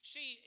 See